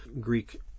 Greek